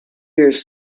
years